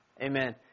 Amen